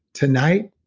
tonight,